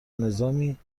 نظامی